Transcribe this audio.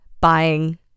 buying